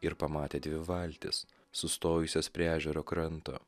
ir pamatė dvi valtis sustojusias prie ežero kranto